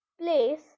Place